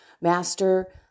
master